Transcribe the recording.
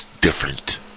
different